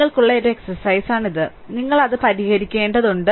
നിങ്ങൾക്കുള്ള ഒരു വ്യായാമം നിങ്ങൾ അത് പരിഹരിക്കേണ്ടതുണ്ട്